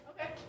Okay